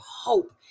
hope